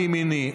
לימיני.